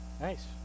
nice